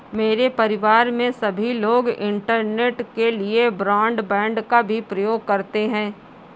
मेरे परिवार में सभी लोग इंटरनेट के लिए ब्रॉडबैंड का भी प्रयोग करते हैं